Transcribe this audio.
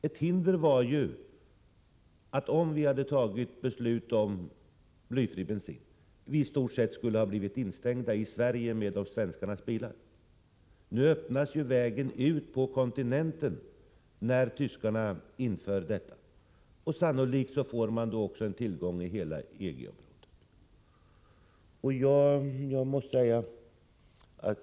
Ett hinder var ju att vi svenskar, om vi ensamma skulle ha fattat beslut om blyfri bensin, i stort sett skulle ha blivit instängda i Sverige med våra bilar. Nu öppnas ju vägen ut på kontinenten, då tyskarna inför dessa bestämmelser. Sannolikt får vi då också tillgång till hela EG-området.